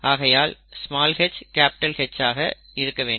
ஆகையால் hH ஆக இருக்க வேண்டும்